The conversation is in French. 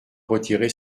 retirer